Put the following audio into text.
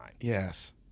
Yes